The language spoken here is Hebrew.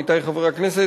עמיתי חברי הכנסת,